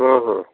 ହଁ ହଁ